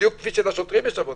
כפי שלשוטרים יש עבודה.